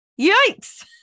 Yikes